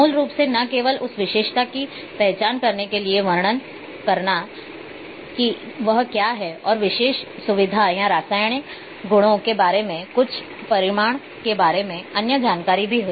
मूल रूप से न केवल उस विशेषता की पहचान करने के लिए वर्णन करना कि वह क्या है और उस विशेष सुविधा या रासायनिक गुणों के बारे में कुछ परिमाण के बारे में अन्य जानकारी भी है